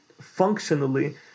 functionally